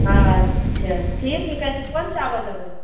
अच्छा ठीक की कहै छै कोन चावल लेबै